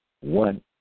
one